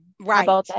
right